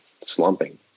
slumping